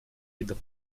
видов